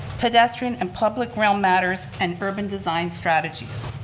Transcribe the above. pedestrian and public realm matters and urban design strategies.